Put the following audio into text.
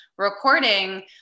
Recording